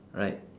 right